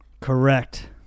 Correct